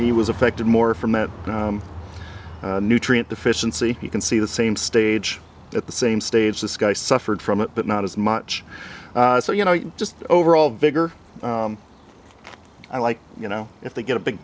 he was affected more from that nutrient deficiency you can see the same stage at the same stage this guy suffered from it but not as much so you know just overall vigor i like you know if they get a big